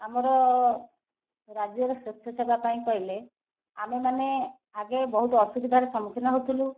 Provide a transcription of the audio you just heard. ଆମର ରାଜ୍ୟର ସ୍ୱଚ୍ଛ ସେବା ପାଇଁ କହିଲେ ଆମେମାନେ ଆଗେ ବହୁତ ଅସୁବିଧାରେ ସମ୍ମୁଖୀନ ହେଉଥିଲୁ